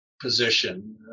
position